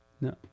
No